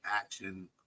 action